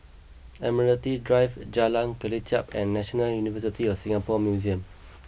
Admiralty Drive Jalan Kelichap and National University of Singapore Museums